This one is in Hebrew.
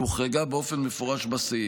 היא הוחרגה באופן מפורש בסעיף.